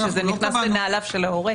שזה נכנס לנעליו של ההורה.